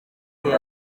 gihe